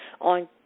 on